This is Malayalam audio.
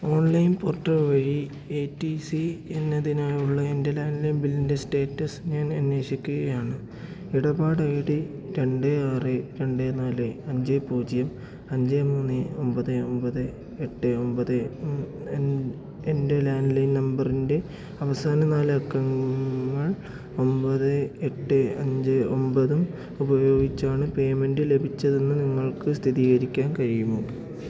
ഓൺലൈൻ പോർട്ടൽ വഴി എ റ്റി സി എന്നതിനായുള്ള എൻ്റെ ലാൻഡ്ലൈൻ ബില്ലിൻ്റെ സ്റ്റേറ്റസ് ഞാൻ അന്വേഷിക്കുകയാണ് ഇടപാട് ഐ ഡി രണ്ട് ആറ് രണ്ട് നാല് അഞ്ച് പൂജ്യം അഞ്ച് മൂന്ന് ഒമ്പത് ഒമ്പത് എട്ട് ഒമ്പത് ഉം എൻ്റെ ലാൻഡ്ലൈൻ നമ്പറിൻ്റെ അവസാന നാലക്കങ്ങൾ ഒമ്പത് എട്ട് അഞ്ച് ഒമ്പതും ഉപയോഗിച്ചാണ് പേയ്മെൻറ്റ് ലഭിച്ചതെന്ന് നിങ്ങൾക്ക് സ്ഥിതീകരിക്കാൻ കഴിയുമോ